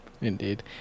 Indeed